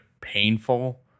painful